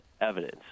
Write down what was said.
evidence